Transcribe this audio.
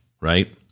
right